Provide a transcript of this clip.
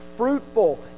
fruitful